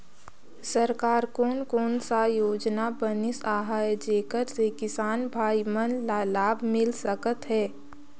सरकार कोन कोन सा योजना बनिस आहाय जेकर से किसान भाई मन ला लाभ मिल सकथ हे?